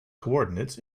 coordinates